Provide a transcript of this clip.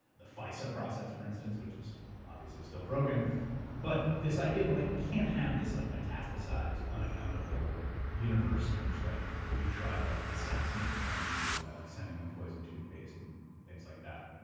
the fisa process, for instance, which is obviously still broken but this idea that like we can't have this like metastasized, unaccountable universe in which like we try to like assassinate foreign leaders by like sending them poisoned toothpaste and things like that,